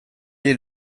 est